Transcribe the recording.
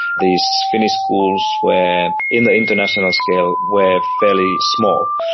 these finnish schools were in the international scale were fairly small.